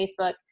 Facebook